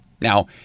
Now